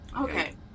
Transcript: okay